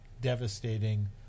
devastating